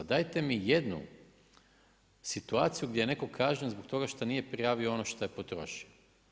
Dajte mi jednu situaciju gdje je netko kažnjen zbog toga šta nije prijavio ono šta je potrošio.